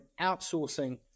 outsourcing